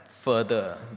Further